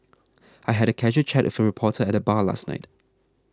I had a casual chat with a reporter at the bar last night